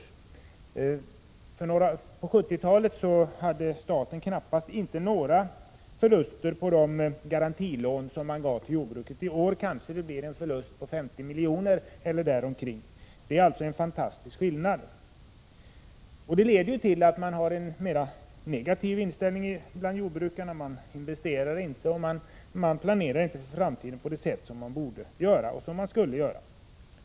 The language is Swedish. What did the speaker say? Under 1970-talet hade staten knappast några förluster på garantilån till jordbruket, men i år kan förlusten bli ca 50 milj.kr. — det är en fantastisk skillnad. Detta leder till en mera negativ inställning bland jordbrukarna. De investerar inte och planerar inte för framtiden på det sätt som de borde göra.